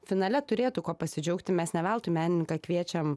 finale turėtų kuo pasidžiaugti mes ne veltui menininką kviečiam